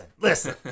listen